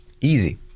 Easy